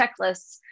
checklists